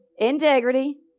integrity